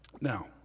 Now